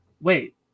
Wait